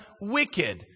wicked